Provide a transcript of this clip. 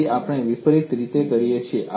તેથી આપણે તેને વિપરીત રીતે કરીએ છીએ